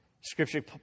Scripture